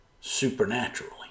supernaturally